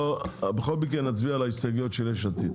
בכל מקרה, נצביע על ההסתייגויות של יש עתיד.